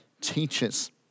teachers